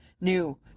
new